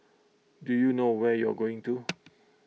do you know where you're going to